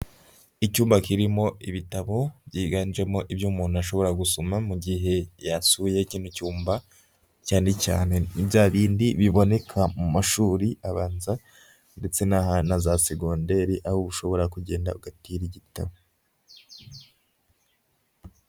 Icyumba kirimo ibitabo byiganjemo ibyo umuntu ashobora gusoma mu gihe yasuye kino cyumba, cyane cyane ni bya bindi biboneka mu mashuri abanza, ndetse n'aha na za segonderi aho ushobora kugenda ugatira igitabo.